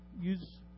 use